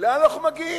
לאן אנחנו מגיעים?